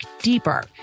deeper